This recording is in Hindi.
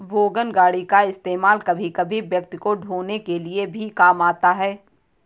वोगन गाड़ी का इस्तेमाल कभी कभी व्यक्ति को ढ़ोने के लिए भी काम आता है